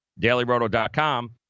DailyRoto.com